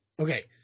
Okay